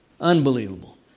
Unbelievable